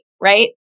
right